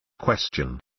Question